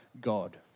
God